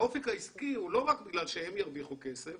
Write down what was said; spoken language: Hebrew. האופק העסקי הוא לא רק בגלל שהם ירוויחו כסף